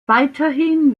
weiterhin